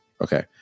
Okay